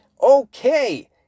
Okay